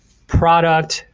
product,